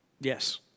Yes